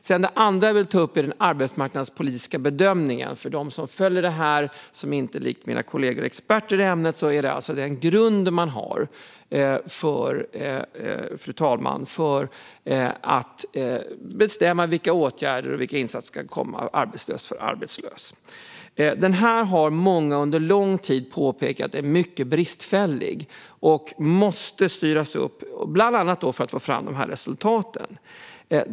Det andra jag vill ta upp är den arbetsmarknadspolitiska bedömningen. För dem som följer det här och som inte likt mina kollegor är experter i ämnet kan jag berätta att det är den grund man har för att bestämma vilka åtgärder som ska vidtas och insatser som ska göras, arbetslös för arbetslös. Den här bedömningen har många under lång tid påpekat är mycket bristfällig och måste styras upp, bland annat för att få fram de här resultaten.